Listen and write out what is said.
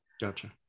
Gotcha